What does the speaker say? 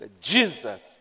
Jesus